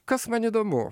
kas man įdomu